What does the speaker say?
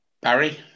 Barry